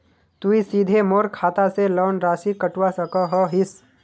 तुई सीधे मोर खाता से लोन राशि कटवा सकोहो हिस?